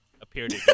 Appeared